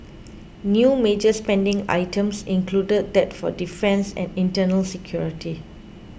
new major spending items included that for defence and internal security